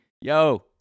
Yo